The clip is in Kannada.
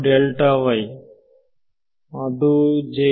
ವಿದ್ಯಾರ್ಥಿ ಅದು j